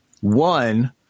One